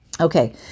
Okay